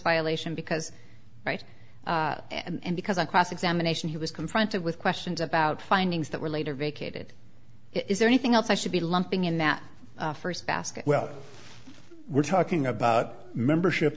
violation because right and because on cross examination he was confronted with questions about findings that were later vacated is there anything else i should be lumping in that first basket well we're talking about membership